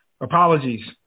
apologies